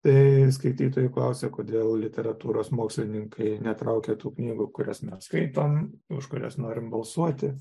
tai skaitytojų klausia kodėl literatūros mokslininkai netraukia tų knygų kurias mes skaitom už kurias norim balsuoti